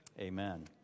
amen